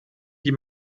die